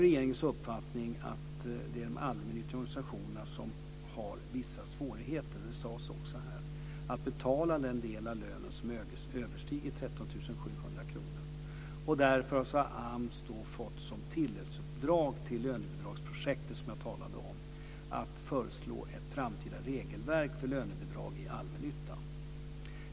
Regeringens uppfattning är att det är de allmännyttiga organisationerna som har vissa svårigheter, vilket också sades här, att betala den del av lönen som överstiger 13 700 kr. Därför har AMS då fått som tilläggsuppdrag till det lönebidragsprojekt som jag talade om att föreslå ett framtida regelverk för lönebidrag i allmännyttan.